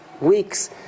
weeks